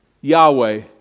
Yahweh